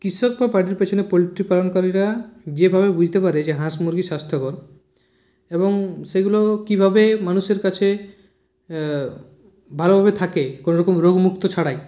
কৃষক বা বাড়ির পেছনের পোল্ট্রি পালনকারীরা যেভাবে বুঝতে পারে যে হাঁস মুরগি স্বাস্থ্যকর এবং সেগুলো কীভাবে মানুষের কাছে ভালোভাবে থাকে কোনো রকম রোগমুক্ত ছাড়াই